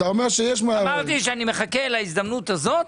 אמרתי שאני מחכה להזדמנות הזאת,